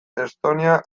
estonia